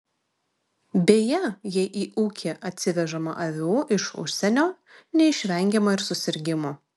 beje jei į ūkį atsivežama avių iš užsienio neišvengiama ir susirgimų